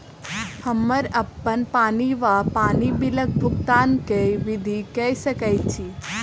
हम्मर अप्पन पानि वा पानि बिलक भुगतान केँ विधि कऽ सकय छी?